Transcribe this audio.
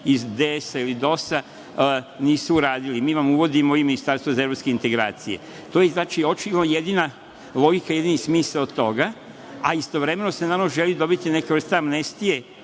iz DS ili DOS nisu radili, mi vam uvodimo i ministarstvo za evropske integracije. To je očigledno jedina logika i jedini smisao toga, a istovremeno se želi dobiti neka vrsta amnestije